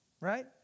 right